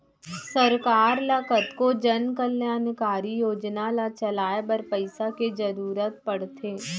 सरकार ल कतको जनकल्यानकारी योजना ल चलाए बर पइसा के जरुरत पड़थे